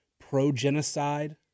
pro-genocide